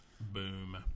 boom